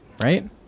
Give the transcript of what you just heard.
Right